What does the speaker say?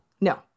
No